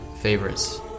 favorites